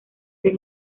del